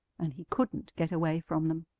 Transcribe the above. and he couldn't get away from them.